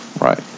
Right